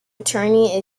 attorney